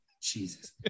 Jesus